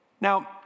Now